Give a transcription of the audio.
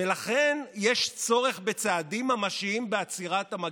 ולכן יש צורך בצעדים ממשיים בעצירת המגפה.